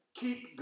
keep